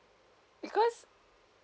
because